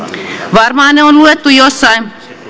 varmaan ne on luettu jossain